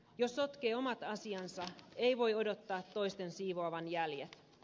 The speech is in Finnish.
jos sotkee omat asiansa ei voi odottaa toisten siivoavan jäljet